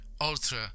ultra